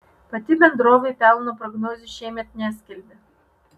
pati bendrovė pelno prognozių šiemet neskelbė